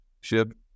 ship